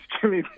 Jimmy